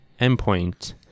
endpoint